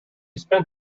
spent